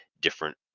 different